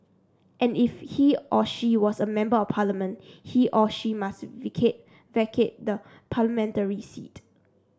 and if he or she was a Member of Parliament he or she must vacate the parliamentary seat